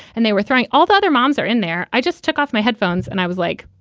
and they were throwing all the other moms are in there. i just took off my headphones and i was like,